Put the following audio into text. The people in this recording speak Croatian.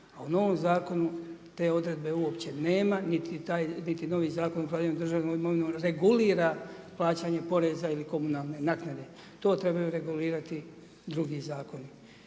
A u novom zakonu te odredbe uopće nema, niti taj novi zakon o upravljanju državne imovine regulira plaćanje poreza ili komunalne naknade. To trebaju regulirati drugi zakoni.